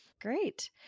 Great